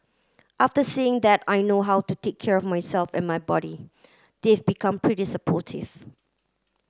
after seeing that I know how to take care of myself and my body they have become pretty supportive